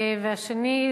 והשני,